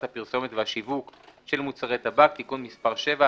הפרסומת והשיווק של מוצרי טבק (תיקון מס' 7),